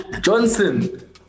Johnson